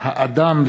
לפני שנעבור